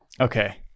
Okay